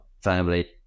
family